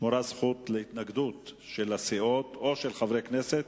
שמורה זכות להתנגדות או של חברי הכנסת